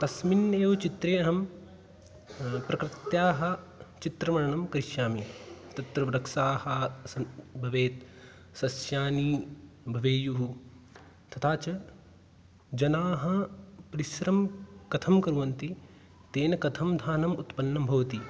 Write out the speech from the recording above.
तस्मिन्नेव चित्रे अहं प्रकृत्याः चित्रवर्णनं करिष्यामि तत्र वृक्षाः सन् भवेत् सस्यानि भवेयुः तथा च जनाः परिश्रमं कथं कुर्वन्ति तेन कथं धान्यम् उत्पन्नं भवति